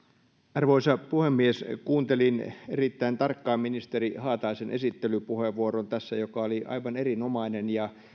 arvoisa puhemies kuuntelin erittäin tarkkaan ministeri haataisen esittelypuheenvuoron joka oli aivan erinomainen